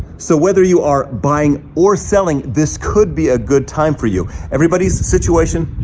so whether you are buying or selling, this could be a good time for you, everybody's situation.